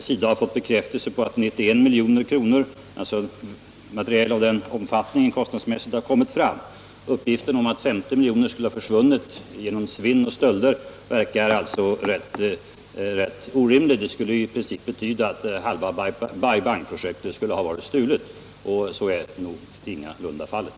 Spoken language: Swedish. SIDA har fått bekräftelse på att material i en omfattning som kostnadsmässigt motsvarar 91 milj.kr. har kommit fram. Uppgiften om att materiel för 50 miljoner skulle ha försvunnit genom svinn och stölder verkar alltså rätt orimlig. Det skulle ju betyda att halva Bai Bang-projektet skulle ha blivit stulet. Så illa är det inte.